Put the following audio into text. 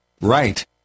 Right